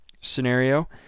scenario